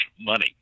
money